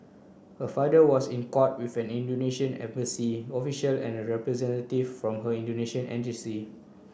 her father was in court with an Indonesian embassy official and a representative from her Indonesian agency